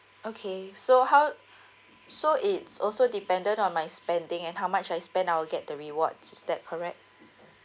okay so how so it's also dependent on my spending and how much I spend I'll get the rewards is that correct